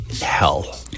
hell